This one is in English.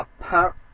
apart